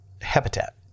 habitat